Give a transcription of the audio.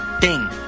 Ding